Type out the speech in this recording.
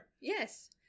Yes